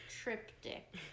Triptych